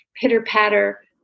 pitter-patter